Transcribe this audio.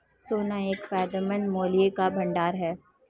सोना एक फायदेमंद मूल्य का भंडार है